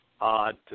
odd